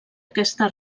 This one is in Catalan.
aquesta